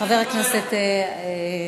סיפורים כדי ללכת לישון יספרו לך.